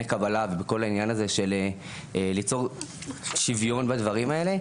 קבלה ובכל העניין הזה של ליצור שוויון בדברים האלה,